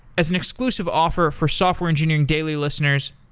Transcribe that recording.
as an inclusive offer for software engineering daily listeners,